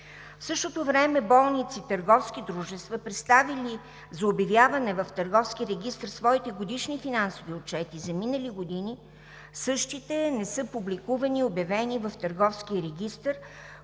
В същото време болници – търговски дружества, представили за обявяване в Търговския регистър своите годишни финансови отчети за минали години, същите не са публикувани и обявени в Търговския регистър,